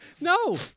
no